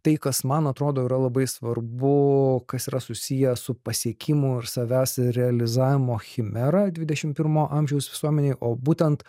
tai kas man atrodo yra labai svarbu kas yra susiję su pasiekimu ir savęs realizavimo chimera dvidešim pirmo amžiaus visuomenėj o būtent